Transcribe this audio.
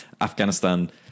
Afghanistan